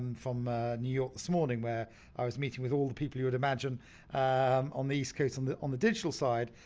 from new york this morning where i was meeting with all the people you would imagine um on the east coast on the on the digital side,